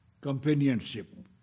companionship